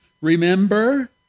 Remember